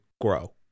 grow